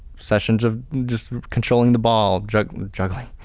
sessions of just controlling the ball. juggling. juggling.